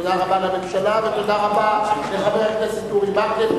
תודה רבה לממשלה ותודה רבה לחבר הכנסת אורי מקלב.